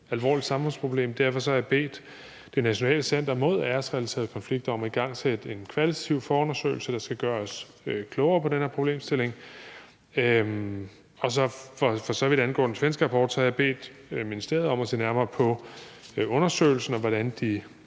Derfor har jeg bedt Nationalt Center mod Æresrelaterede Konflikter om at igangsætte en kvalitativ forundersøgelse, der skal gøre os klogere på den her problemstilling, og for så vidt angår den svenske rapport, har jeg bedt ministeriet om at se nærmere på undersøgelsen, og hvordan de